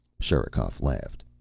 sherikov laughed,